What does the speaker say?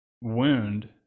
wound